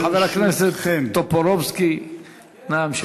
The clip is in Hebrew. חבר הכנסת טופורובסקי, נא להמשיך.